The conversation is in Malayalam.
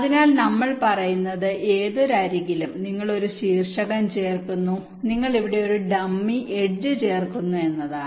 അതിനാൽ നമ്മൾ പറയുന്നത് ഏതൊരു അരികിലും നിങ്ങൾ ഒരു ശീർഷകം ചേർക്കുന്നു നമ്മൾ ഇവിടെ ഒരു ഡമ്മി എഡ്ജ് ചേർക്കുന്നു എന്നതാണ്